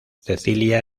cecilia